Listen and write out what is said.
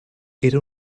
era